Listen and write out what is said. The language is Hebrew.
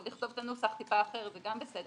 או לכתוב את הנוסח טיפה אחרת זה גם בסדר.